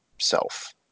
self